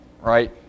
right